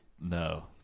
No